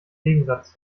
gegensatz